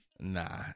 Nah